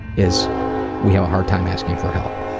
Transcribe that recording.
is we have a hard time asking for help.